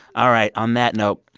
all right, on that note,